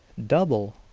double!